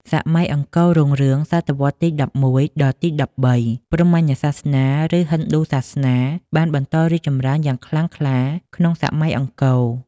សម័យអង្គររុងរឿង សតវត្សរ៍ទី ១១ ដល់ទី ១៣ ព្រហ្មញ្ញសាសនា ឬហិណ្ឌូសាសនា បានបន្តរីកចម្រើនយ៉ាងខ្លាំងក្លាក្នុងសម័យអង្គរ។